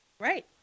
Right